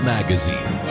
Magazine